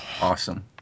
Awesome